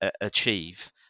achieve